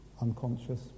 unconscious